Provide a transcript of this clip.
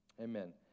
Amen